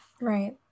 right